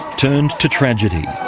turned to tragedy.